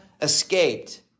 escaped